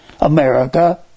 America